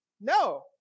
No